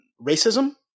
Racism